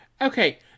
Okay